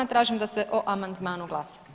Tražim da se o amandmanu glasa.